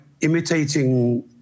imitating